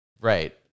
Right